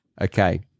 Okay